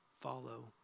follow